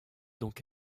donc